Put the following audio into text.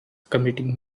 committing